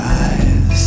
eyes